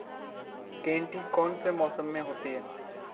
गेंठी कौन से मौसम में होती है?